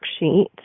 worksheet